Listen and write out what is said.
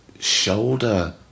Shoulder